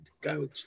go